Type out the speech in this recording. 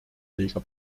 liiga